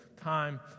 time